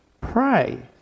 pray